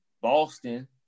Boston